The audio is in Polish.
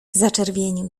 zaczerwienił